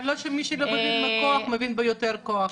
אבל מה שמישהו לא מבין בכוח הוא מבין ביותר כוח,